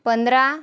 पंधरा